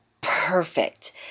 perfect